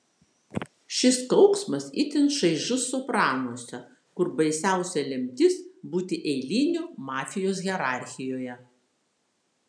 šis kauksmas itin šaižus sopranuose kur baisiausia lemtis būti eiliniu mafijos hierarchijoje